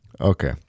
Okay